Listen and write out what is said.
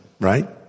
right